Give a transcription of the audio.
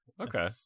okay